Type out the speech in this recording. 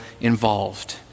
involved